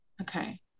okay